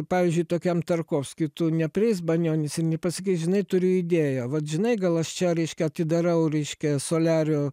pavyzdžiui tokiam tarkovskiui tu neprieis banionis ir nepasakys žinai turiu idėją vat žinai gal aš čia reiškia atidarau reiškia soliario